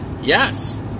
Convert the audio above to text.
Yes